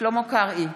שלמה קרעי,